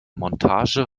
montage